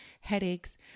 headaches